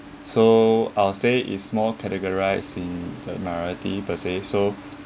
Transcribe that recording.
so I'll say is more categorize in the minority per se so